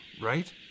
right